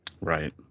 Right